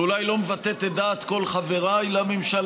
שאולי לא מבטאת את דעת כל חברי לממשלה,